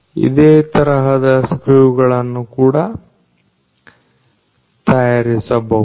ಇದೇ ತರಹದ ಸ್ಕ್ರೀವ್ ಗಳನ್ನು ಕೂಡ ತಯಾರಿಸಬಹುದು